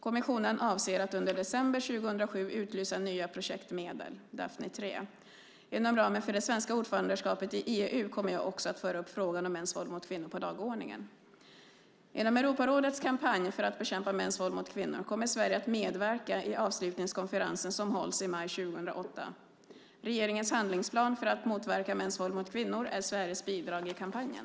Kommissionen avser att under december 2007 utlysa nya projektmedel, Daphne III. Inom ramen för det svenska ordförandeskapet i EU kommer jag också att föra upp frågan om mäns våld mot kvinnor på dagordningen. Inom Europarådets kampanj för att bekämpa mäns våld mot kvinnor kommer Sverige att medverka i avslutningskonferensen, som hålls i maj 2008. Regeringens handlingsplan för att motverka mäns våld mot kvinnor är Sveriges bidrag i kampanjen.